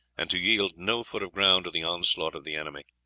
and to yield no foot of ground to the onslaught of the enemy.